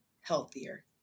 healthier